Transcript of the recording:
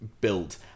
built